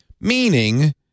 meaning